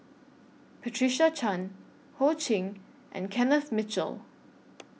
Patricia Chan Ho Ching and Kenneth Mitchell